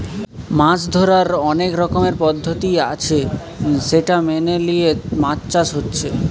মাছ ধোরার অনেক রকমের পদ্ধতি আছে সেটা মেনে লিয়ে মাছ চাষ হচ্ছে